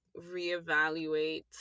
reevaluate